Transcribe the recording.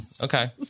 Okay